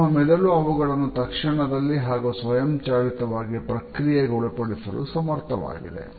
ನಮ್ಮ ಮೆದುಳು ಅವುಗಳನ್ನು ತಕ್ಷಣದಲ್ಲಿ ಹಾಗೂ ಸ್ವಯಂಚಾಲಿತವಾಗಿ ಪ್ರಕ್ರಿಯೆಗೊಳಪಡಿಸಲು ಸಮರ್ಥವಾಗಿದೆ